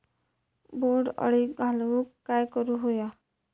बोंड अळी घालवूक काय करू व्हया?